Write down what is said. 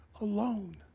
alone